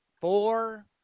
four